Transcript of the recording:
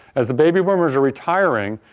as the baby boomers are retiring,